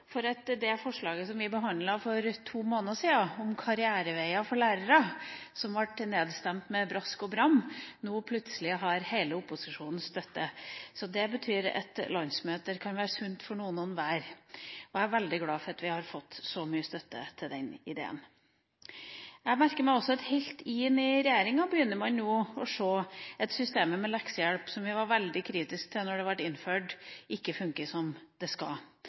for at det forslaget som vi behandlet for to måneder siden om karriereveier for lærere, som ble nedstemt med brask og bram, nå plutselig har hele opposisjonens støtte. Det betyr at landsmøter kan være sunt for noen og hver. Jeg er veldig glad for at vi har fått så mye støtte til den ideen. Jeg merker meg også at helt inn i regjeringa begynner man nå å se at systemet med leksehjelp, som vi var veldig kritiske til da det ble innført, ikke fungerer som det skal,